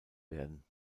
werden